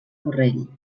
borrell